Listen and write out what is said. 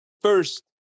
first